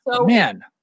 man